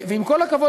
ועם כל הכבוד